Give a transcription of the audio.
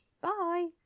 Bye